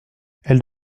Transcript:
elle